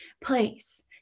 place